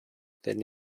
than